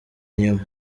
inyuma